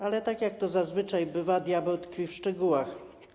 Ale tak jak to zazwyczaj bywa, diabeł tkwi w szczegółach.